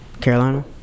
carolina